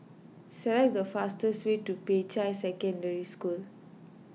select the fastest way to Peicai Secondary School